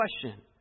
question